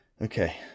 okay